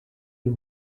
nhw